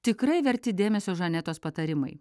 tikrai verti dėmesio žanetos patarimai